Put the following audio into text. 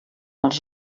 els